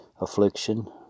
affliction